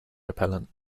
repellent